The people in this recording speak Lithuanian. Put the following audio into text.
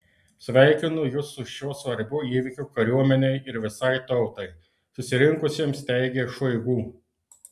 sveikinu jus su šiuo svarbiu įvykiu kariuomenei ir visai tautai susirinkusiems teigė šoigu